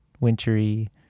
wintry